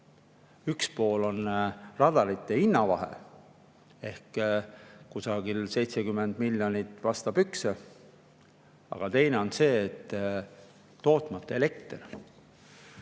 Üks pool on radarite hinnavahe – kusagil 70 miljonit vastu pükse – ja teine on tootmata elekter.